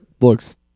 looks